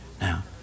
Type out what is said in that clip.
now